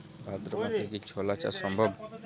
ভাদ্র মাসে কি ছোলা চাষ সম্ভব?